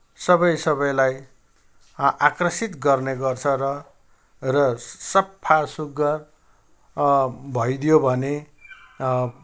सबै सबैलाई आकर्षित गर्नेगर्छ र र सफा सुग्घर भइदियो भने